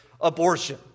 abortion